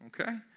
okay